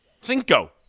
Cinco